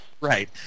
Right